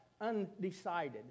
undecided